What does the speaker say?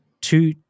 two